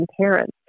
parents